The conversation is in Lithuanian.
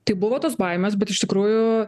tai buvo tos baimės bet iš tikrųjų